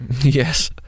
Yes